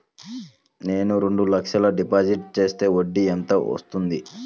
నేను రెండు లక్షల డిపాజిట్ చేస్తే వడ్డీ ఎంత వస్తుంది?